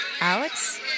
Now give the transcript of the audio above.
Alex